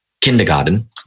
kindergarten